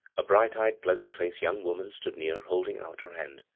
a bright-eyed, pleasant-faced young woman stood near, holding out her hand.